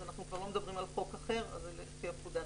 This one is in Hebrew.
אנחנו כבר לא מדברים על חוק אחר, אז לפי הפקודה.